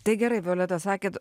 tai gerai violeta sakėt